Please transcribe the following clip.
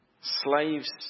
Slaves